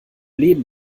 leben